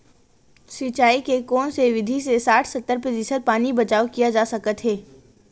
सिंचाई के कोन से विधि से साठ सत्तर प्रतिशत पानी बचाव किया जा सकत हे?